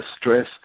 stress